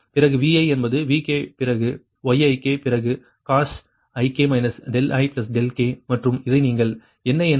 பிறகு Vi பிறகு Vk பிறகு Yik பிறகு cos⁡ik ik மற்றும் இதை நீங்கள் என்ன என்று அழைப்பது